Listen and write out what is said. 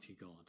God